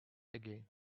again